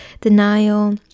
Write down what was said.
denial